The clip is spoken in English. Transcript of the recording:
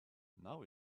now